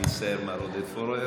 אני מצטער, מר עודד פורר.